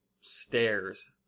stairs